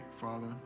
Father